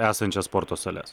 esančias sporto sales